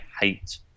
hate